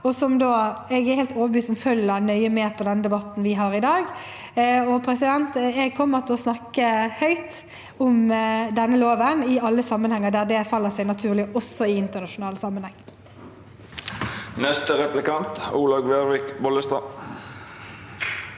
jeg er helt overbevist om at følger nøye med på den debatten vi har i dag. Jeg kommer til å snakke høyt om denne loven i alle sammenhenger der det faller seg naturlig, også i internasjonal sammenheng. Olaug Vervik Bollestad